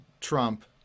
Trump